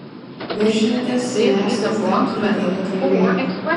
viršininkas siniavskis dar kurį laiką kalbėjo